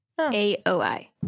A-O-I